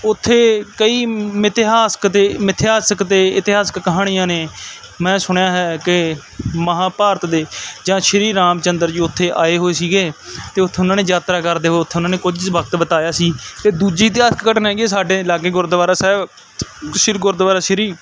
ਉੱਥੇ ਕਈ ਮਿਥਿਹਾਸਕ ਅਤੇ ਮਿਥਿਹਾਸਕ ਅਤੇ ਇਤਿਹਾਸਿਕ ਕਹਾਣੀਆਂ ਨੇ ਮੈਂ ਸੁਣਿਆ ਹੈ ਕਿ ਮਹਾਂਭਾਰਤ ਦੇ ਜਾਂ ਸ਼੍ਰੀ ਰਾਮ ਚੰਦਰ ਜੀ ਉੱਥੇ ਆਏ ਹੋਏ ਸੀਗੇ ਅਤੇ ਉੱਥੋਂ ਉਹਨਾਂ ਨੇ ਯਾਤਰਾ ਕਰਦੇ ਹੋਏ ਉੱਥੇ ਉਹਨਾਂ ਨੇ ਕੁਝ ਵਕਤ ਬਿਤਾਇਆ ਸੀ ਅਤੇ ਦੂਜੀ ਇਤਿਹਾਸ ਘਟਨਾ ਹੈਗੀ ਸਾਡੇ ਲਾਗੇ ਗੁਰਦੁਆਰਾ ਸਾਹਿਬ ਸ਼੍ਰੀ ਗੁਰਦੁਆਰਾ ਸ਼੍ਰੀ